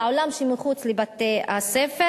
לעולם שמחוץ לבתי-הספר.